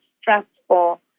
stressful